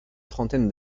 trentaine